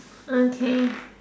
okay